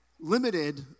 limited